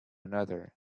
another